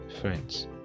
friends